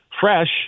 fresh